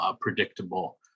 predictable